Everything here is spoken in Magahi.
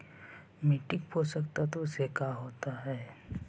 मिट्टी पोषक तत्त्व से का होता है?